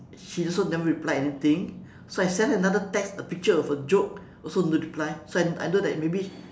she also never reply anything so I sent her another text a picture of a joke also no reply so I I know that maybe